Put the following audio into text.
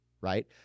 Right